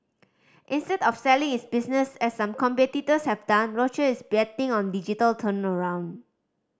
instead of selling its business as some competitors have done Roche is betting on digital turnaround